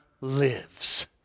lives